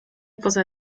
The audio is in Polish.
poza